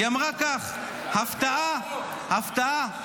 היא אמרה כך: הפתעה, הפתעה.